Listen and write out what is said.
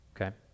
Okay